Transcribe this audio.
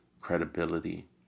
credibility